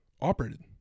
operated